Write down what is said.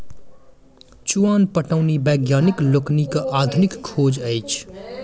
चुआन पटौनी वैज्ञानिक लोकनिक आधुनिक खोज अछि